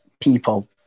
people